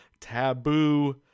taboo